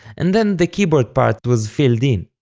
and then the keyboard part was filled in.